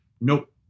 Nope